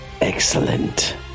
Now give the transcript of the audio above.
excellent